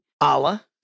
Allah